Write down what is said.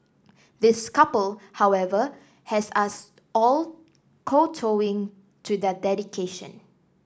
this couple however has us all kowtowing to their dedication